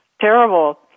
terrible